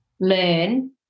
learn